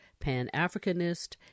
Pan-Africanist